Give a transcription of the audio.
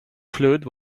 fluid